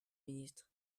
ministre